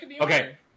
Okay